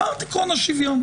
אמרת "עקרון השוויון",